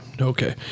Okay